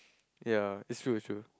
ya is true is true